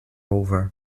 over